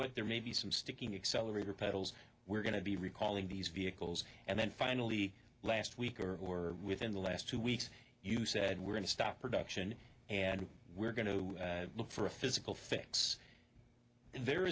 what there may be some sticking accelerator pedals we're going to be recalling these vehicles and then finally last week or or within the last two weeks you said we're going to stop production and we're going to look for a physical fix there